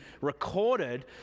recorded